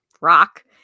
rock